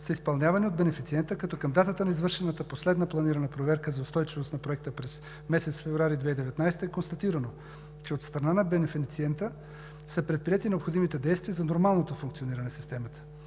са изпълнявани от бенефициента, като към датата на извършената последна планирана проверка за устойчивост на Проекта, през месец февруари 2019 г. е констатирано, че от страна на бенефициента са предприети необходимите действия за нормалното функциониране на системата.